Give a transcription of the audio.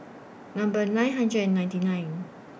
Number nine hundred and ninety nine